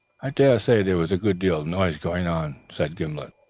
i daresay there was a good deal of noise going on, said gimblet.